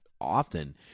often